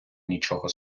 нічого